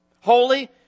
Holy